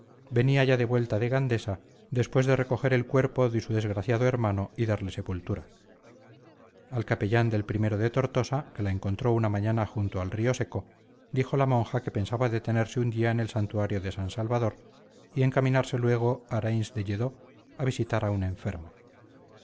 venía ya de vuelta de gandesa después de recoger el cuerpo de su desgraciado hermano y darle sepultura al capellán del o de tortosa que la encontró una mañana junto al río seco dijo la monja que pensaba detenerse un día en el santuario de san salvador y encaminarse luego a arenys de lledó a visitar a un enfermo